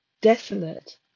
desolate